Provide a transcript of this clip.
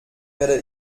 werde